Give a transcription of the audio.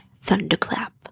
thunderclap